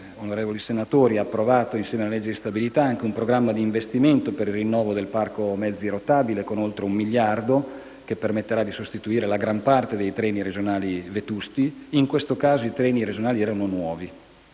onorevoli senatori, avete approvato, insieme alla legge di stabilità, anche un programma di investimento per il rinnovo del parco mezzi rotabile, con oltre un miliardo di euro, che permetterà di sostituire la gran parte dei treni regionali vetusti. In questo caso i treni regionali erano nuovi